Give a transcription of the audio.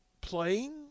playing